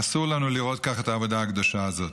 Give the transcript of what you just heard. אסור לנו לראות כך את העבודה הקדושה הזאת.